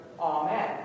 Amen